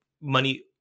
money